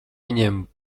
viņiem